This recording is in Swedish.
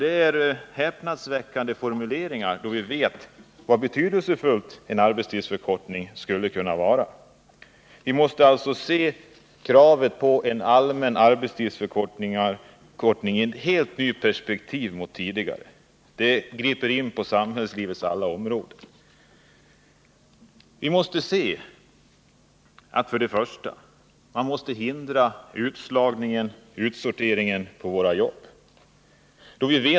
Det är häpnadsväckande formuleringar, då vi vet hur betydelsefull en arbetstidsförkortning skulle kunna vara. Vi måste alltså se kravet på en allmän arbetstidsförkortning i ett helt annat perspektiv än tidigare. Det griper in på samhällslivets alla områden. Man måste hindra utslagningen, utsorteringen, på våra jobb.